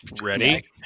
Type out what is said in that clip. ready